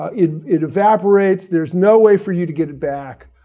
it it evaporates. there's no way for you to get it back.